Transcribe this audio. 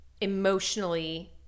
emotionally